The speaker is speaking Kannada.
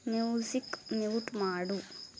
ಮ್ಯೂಸಿಕ್ ಮ್ಯೂಟ್ ಮಾಡು